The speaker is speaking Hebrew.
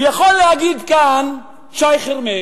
ואני כבר אמרתי לשי חרמש,